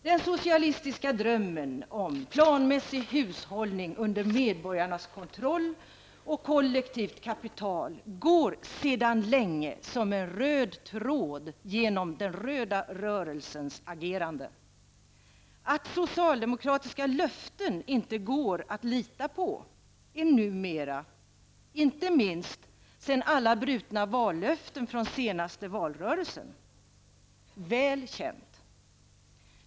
Den socialistiska drömmen om planmässig hushållning under medborgarnas kontroll och kollektivt kapital går sedan länge som en röd tråd genom den röda rörelsens agerande. Att socialdemokratiska löften inte går att lita på är numera, inte minst efter alla brutna vallöften från förra valrörelsen, väl känt.